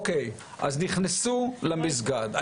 אז נכנסו למסגד.